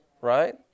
Right